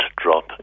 drop